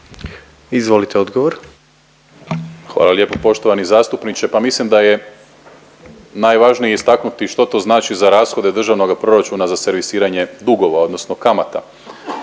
Marko** Hvala lijepo poštovani zastupniče. Pa mislim da je najvažnije istaknuti što to znači za rashode državnoga proračuna za servisiranje dugova odnosno kamata.